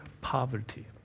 poverty